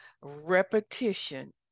repetition